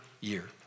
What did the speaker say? year